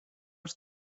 els